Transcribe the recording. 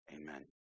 Amen